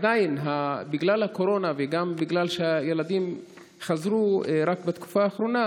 בגלל הקורונה וגם בגלל שהילדים חזרו רק בתקופה האחרונה,